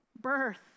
birth